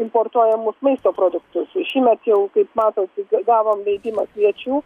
importuojamus maisto produktus šįmet jau kaip matosi gavom leidimą kviečių